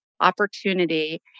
opportunity